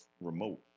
remote